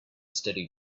steady